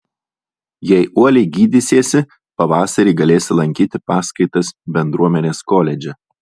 jei uoliai gydysiesi pavasarį galėsi lankyti paskaitas bendruomenės koledže